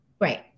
right